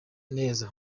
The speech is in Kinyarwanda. neza